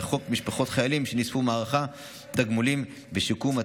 וחוק משפחות חיילים שנספו במערכה (תגמולים ושיקום),